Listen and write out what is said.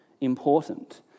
important